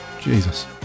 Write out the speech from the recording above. Jesus